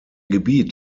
gebiet